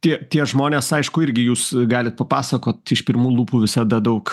tie tie žmonės aišku irgi jūs galit papasakot iš pirmų lūpų visada daug